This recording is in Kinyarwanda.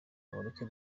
mureke